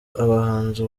abahanzi